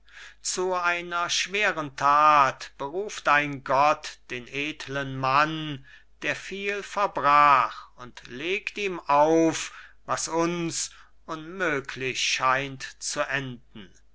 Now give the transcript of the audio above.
zu einer schweren that beruft ein gott den edeln mann der viel verbrach und legt ihm auf was uns unmöglich scheint zu enden